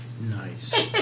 Nice